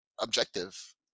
objective